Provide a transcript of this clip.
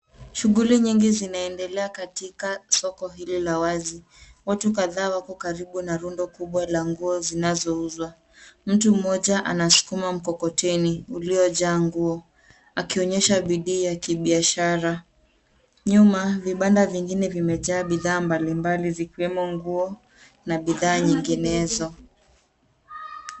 Shughuli nyingi zinaendelea katika soko hili la wazi. Watu kadhaa wako karibu na rundo kubwa la nguo linalouzwa. Mtu mmoja anasukuma mkokoteni uliojaa nguo akionyesha bidii ya kibiashara. Nyuma vibanda vingine vimejaa bidhaa mbalimbali zikiwemo nguo na bidhaa nyinginezo.